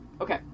okay